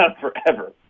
forever